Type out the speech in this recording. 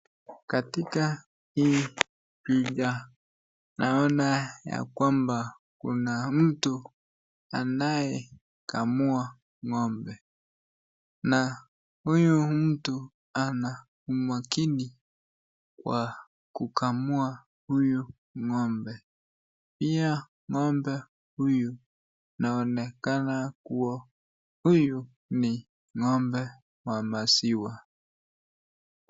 Katika hii muda naona ya kwamba kuna mtu anayekamua ng'ombe. Na huyu mtu ana umakini wa kukamua huyu ng'ombe. Pia ng'ombe huyu anaonekana kuwa huyu ni ng'ombe wa maziwa.